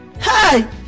Hi